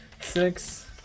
six